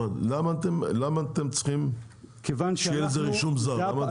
למה אתם צריכים שיהיה רישום זר?